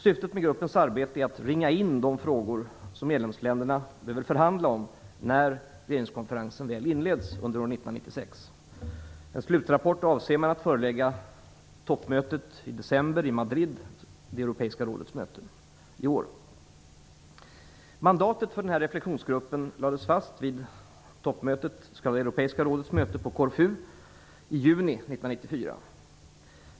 Syftet med gruppens arbete är att ringa in de frågor som medlemsländerna behöver förhandla om när regeringskonferensen väl inleds under 1996. En slutrapport kommer att föreläggas toppmötet i Madrid i december 1995, det europeiska rådets möte. Mandatet för reflexionsgruppen lades fast vid toppmötet, det europeiska rådets möte, på Korfu i juni 1994.